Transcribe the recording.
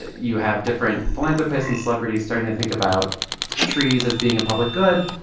you have different philanthropists and celebrities starting to think about trees as being a public good,